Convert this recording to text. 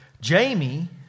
Jamie